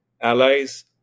allies